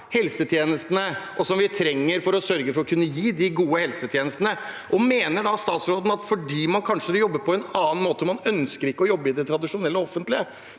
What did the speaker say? helsetjenester, som vi trenger for å kunne gi gode helsetjenester. Mener statsråden at fordi man kanskje vil jobbe på en annen måte – man ønsker ikke å jobbe i det tradisjonelle offentlige